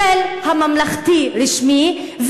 של הממלכתי הרשמי,